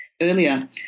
earlier